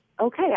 okay